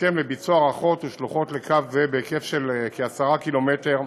בהסכם לביצוע הארכות ושלוחות לקו זה בהיקף של כעשרה ק"מ,